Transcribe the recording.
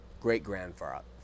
Great-grandfather